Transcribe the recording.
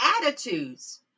attitudes